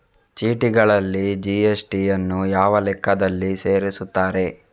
ಚೀಟಿಗಳಲ್ಲಿ ಜಿ.ಎಸ್.ಟಿ ಯನ್ನು ಯಾವ ಲೆಕ್ಕದಲ್ಲಿ ಸೇರಿಸುತ್ತಾರೆ?